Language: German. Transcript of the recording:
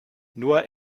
nur